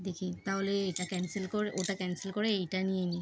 দেখি তাহলে এটা ক্যান্সেল করে ওটা ক্যান্সেল করে এইটা নিয়ে নিই